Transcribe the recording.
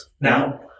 Now